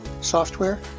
software